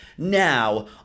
Now